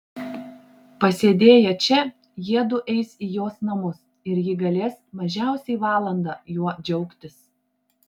pasėdėję čia jiedu eis į jos namus ir ji galės mažiausiai valandą juo džiaugtis